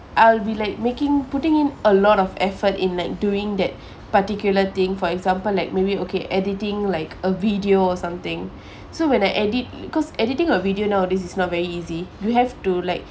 I'll be like making putting a lot of effort in like doing that particular thing for example like maybe okay editing like a video or something so when I edit because editing a video nowadays is not very easy you have to like